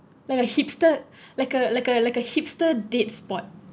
like a hipster like a like a like a hipster date spot